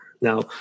Now